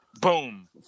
boom